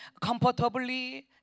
comfortably